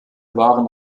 waren